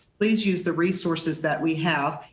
please use the resources that we have.